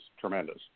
tremendous